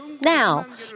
Now